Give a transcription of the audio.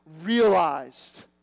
realized